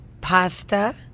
Pasta